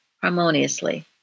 harmoniously